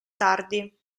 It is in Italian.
tardi